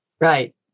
Right